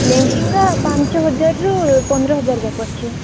ଲେହେଙ୍ଗା ପାଞ୍ଚ ହଜାରରୁ ପନ୍ଦର ହଜାର ଯାକ ଅଛି